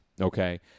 Okay